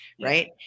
right